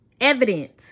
evidence